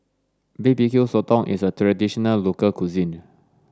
Barbecue Sotong is a traditional local cuisine